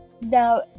Now